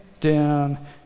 down